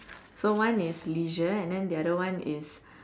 so one is Leisure and then the other one is